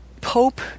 Pope